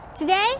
Today